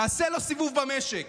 תעשה לו סיבוב במשק.